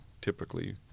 typically